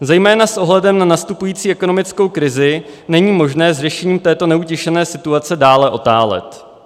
Zejména s ohledem na nastupující ekonomickou krizi není možné s řešením této neutěšené situace dále otálet.